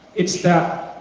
it's that